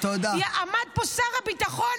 עמד פה שר הביטחון,